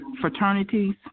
Fraternities